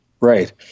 Right